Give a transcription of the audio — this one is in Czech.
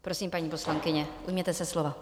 Prosím, paní poslankyně, ujměte se slova.